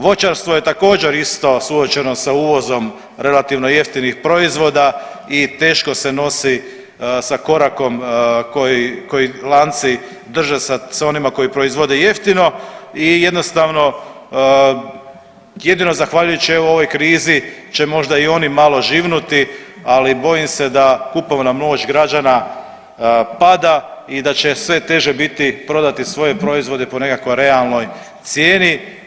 Voćarstvo je također isto suočeno sa uvozom relativno jeftinih proizvoda i teško se nosi sa korakom koji, koji lanci drže sa, s onima koji proizvode jeftino i jednostavno jedino zahvaljujući evo ovoj krizi će možda i oni malo živnuti, ali bojim se da kupovna moć građana pada i da će sve teže biti prodati svoje proizvode po nekakvoj realnoj cijeni.